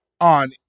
on